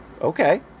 okay